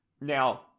Now